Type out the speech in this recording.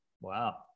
Wow